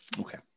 Okay